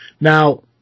now